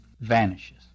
vanishes